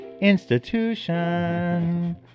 institution